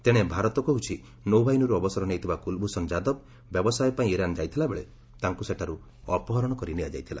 ତେଣେ ଭାରତ କହୁଛି ନୌବାହିନୀରୁ ଅବସର ନେଇଥିବା କୁଲଭ୍ଷଣ ଯାଦବ ବ୍ୟବସାୟ ପାଇଁ ଇରାନ୍ ଯାଇଥିଲାବେଳେ ତାଙ୍କୁ ସେଠାରୁ ଅପହରଣ କରି ନିଆଯାଇଥିଲା